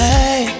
Hey